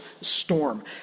storm